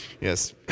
Yes